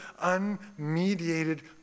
unmediated